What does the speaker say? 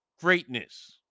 greatness